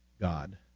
God